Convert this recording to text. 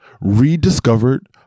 rediscovered